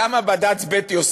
למה בד"ץ בית-יוסף